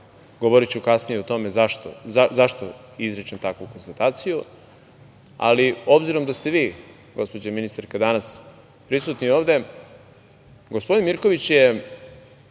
Govoriću kasnije o tome zašto izričem takvu konstataciju, ali obzirom da ste vi, gospođo ministarka, danas prisutni ovde, gospodin Mirković je